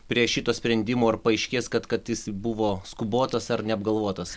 prie šito sprendimo ar paaiškės kad kad jis buvo skubotas ar neapgalvotas